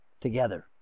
together